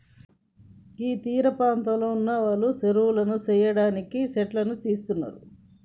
గీ తీరపాంతంలో ఉన్నవాళ్లు సెరువులు సెయ్యడానికి సెట్లను తీస్తున్నరు